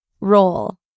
Roll